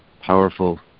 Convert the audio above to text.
powerful